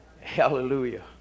Hallelujah